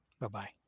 Bye-bye